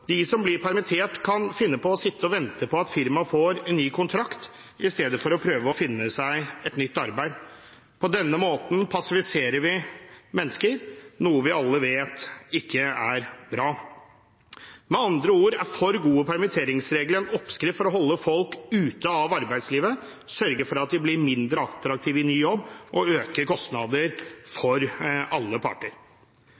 De som blir permittert, kan finne på å sitte og vente på at firmaet får en ny kontrakt, i stedet for å prøve å finne seg et nytt arbeid. På denne måten passiviserer vi mennesker, noe vi alle vet ikke er bra. Med andre ord er for gode permitteringsregler en oppskrift for å holde folk ute av arbeidslivet, vil sørge for at de blir mindre attraktive i ny jobb, og vil øke kostnadene for alle parter.